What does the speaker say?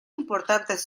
importantes